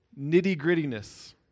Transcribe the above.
nitty-grittiness